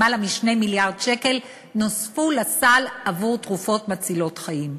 למעלה מ-2 מיליארד שקל נוספו לסל עבור תרופות מצילות חיים.